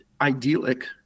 idyllic